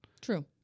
True